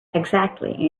exactly